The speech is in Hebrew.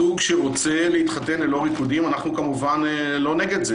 שרוצה להתחתן ללא ריקודים אנחנו כמובן לא נגד זה,